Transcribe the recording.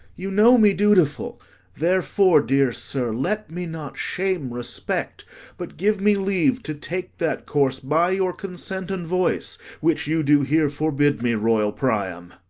you know me dutiful therefore, dear sir, let me not shame respect but give me leave to take that course by your consent and voice which you do here forbid me, royal priam.